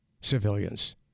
civilians